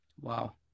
Wow